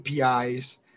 APIs